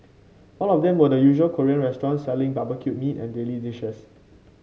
all of them were the usual Korean restaurants selling barbecued meat and daily dishes